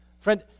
Friend